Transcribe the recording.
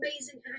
amazing